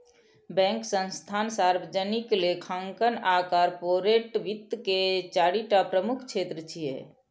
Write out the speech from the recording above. bank, संस्थान, सार्वजनिक लेखांकन आ कॉरपोरेट वित्त के चारि टा प्रमुख क्षेत्र छियै